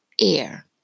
air